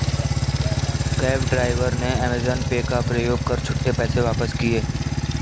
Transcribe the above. cab driver ने Amazon Pay का प्रयोग कर छुट्टे पैसे वापस किए